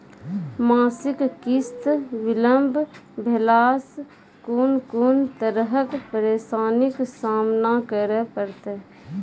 मासिक किस्त बिलम्ब भेलासॅ कून कून तरहक परेशानीक सामना करे परतै?